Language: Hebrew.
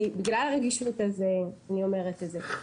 בגלל הרגישות הזו אני אומרת את זה.